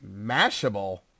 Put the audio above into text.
mashable